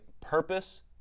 purpose